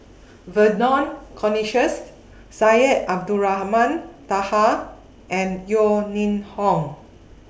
Vernon Cornelius Syed Abdulrahman Taha and Yeo Ning Hong